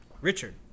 Richard